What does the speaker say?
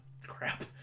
Crap